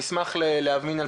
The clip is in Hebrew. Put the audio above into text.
אשמח להבין.